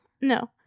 No